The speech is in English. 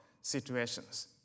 situations